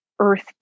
earth